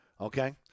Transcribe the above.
okay